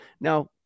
Now